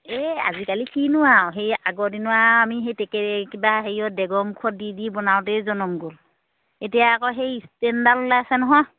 এই আজিকালি কিনো আৰু সেই আগৰ দিনৰ আৰু আমি সেই টেকেলী কিবা হেৰিয়ত ডেগৰ মুখত দি দি বনাওঁতেই জনম গ'ল এতিয়া আকৌ সেই ষ্টেণ্ডডাল ওলাইছে নহয়